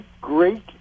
great